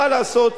מה לעשות,